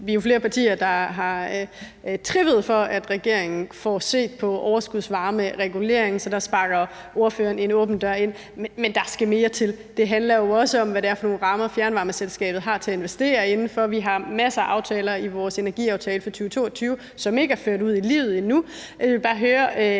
vi jo er flere partier, der har trippet for, at regeringen får set på overskudsvarmeregulering, så dér sparker ordføreren en åben dør ind, men der skal mere til. Det handler jo også om, hvad det er for nogle rammer, fjernvarmeselskabet har til at investere inden for. Vi har masser af aftaler i vores energiaftale fra 2022, som ikke er ført ud i livet endnu.